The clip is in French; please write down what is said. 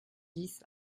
dix